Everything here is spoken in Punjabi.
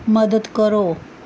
ਮਦਦ ਕਰੋ